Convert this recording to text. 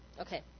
Okay